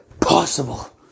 possible